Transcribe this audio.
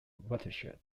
watershed